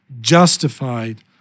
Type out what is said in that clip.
justified